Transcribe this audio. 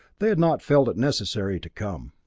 they had not felt it necessary to come.